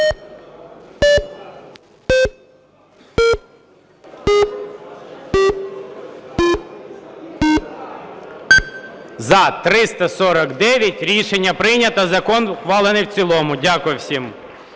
За-349 Рішення прийнято. Закон ухвалений в цілому. Дякую всім.